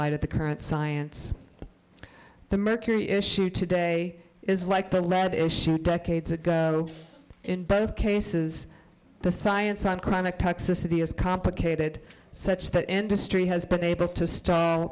light at the current science the mercury issue today is like the lead issue decades ago in both cases the science on chronic toxicity is complicated such that industry has been able to sta